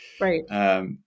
Right